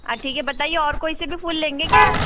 हाँ ठीक है बताईये और कोई से भी फूल लेंगे क्या आप